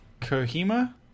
Kohima